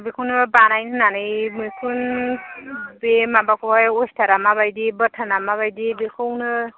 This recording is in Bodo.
बेखौनो बानायनो होननानै मैखुन बे माबाखौहाय असथारा माबायदि बाथानआ माबायदि बेखौनो